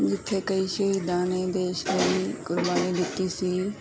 ਜਿੱਥੇ ਕਈ ਸ਼ਹੀਦਾਂ ਨੇ ਦੇਸ਼ ਲਈ ਕੁਰਬਾਨੀ ਦਿੱਤੀ ਸੀ